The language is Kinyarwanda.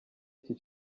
iki